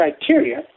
criteria